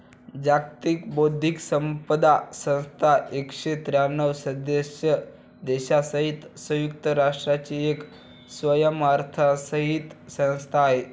जागतिक बौद्धिक संपदा संस्था एकशे त्र्यांणव सदस्य देशांसहित संयुक्त राष्ट्रांची एक स्वयंअर्थसहाय्यित संस्था आहे